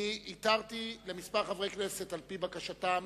אני התרתי לכמה חברי כנסת, על-פי בקשתם,